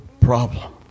problem